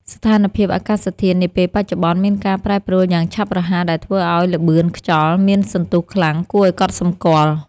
ស្ថានភាពអាកាសធាតុនាពេលបច្ចុប្បន្នមានការប្រែប្រួលយ៉ាងឆាប់រហ័សដែលធ្វើឱ្យល្បឿនខ្យល់មានសន្ទុះខ្លាំងគួរឱ្យកត់សម្គាល់។